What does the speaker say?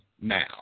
now